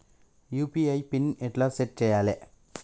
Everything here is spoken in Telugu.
యూ.పీ.ఐ పిన్ ఎట్లా సెట్ చేయాలే?